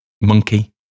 monkey